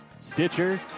Stitcher